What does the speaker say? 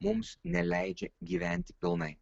mums neleidžia gyventi pilnai